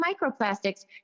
microplastics